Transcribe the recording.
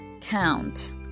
count